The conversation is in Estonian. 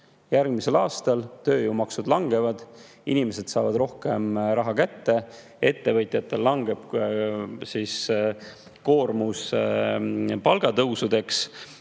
Järgmisel aastal tööjõumaksud langevad, inimesed saavad rohkem raha kätte, ettevõtjatelt langeb [surve] palku tõsta.